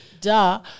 duh